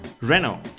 Renault